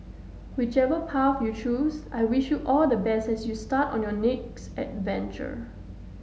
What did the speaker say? whichever path you choose I wish you all the best as you start on your next adventure